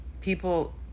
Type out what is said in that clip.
people